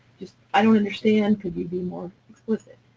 just i don't understand, could you be more explicit.